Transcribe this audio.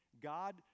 God